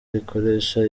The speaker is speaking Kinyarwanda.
rikoresha